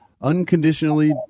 unconditionally